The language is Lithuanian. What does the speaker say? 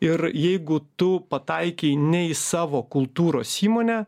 ir jeigu tu pataikei ne į savo kultūros įmonę